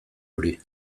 hori